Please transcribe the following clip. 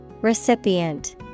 Recipient